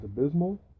abysmal